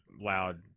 loud –